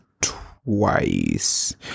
twice